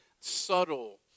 subtle